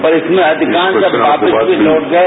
पर इसमें अधिकांश वापस भी लौट गए